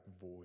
void